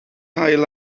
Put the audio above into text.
haul